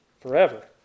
forever